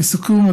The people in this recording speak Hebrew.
לסיכום,